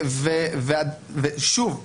שוב,